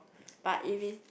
but if it's